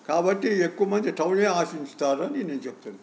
కాబట్టి ఎక్కువ మంది టౌనే ఆశిస్తారని నేను చెప్తున్నా